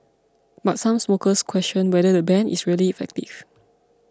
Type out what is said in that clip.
but some smokers question whether the ban is really effective